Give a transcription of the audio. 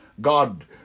God